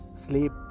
sleep